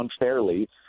unfairly